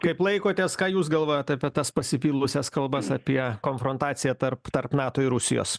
kaip laikotės ką jūs galvojat apie tas pasipylusias kalbas apie konfrontaciją tarp tarp nato ir rusijos